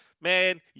man